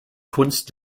kunst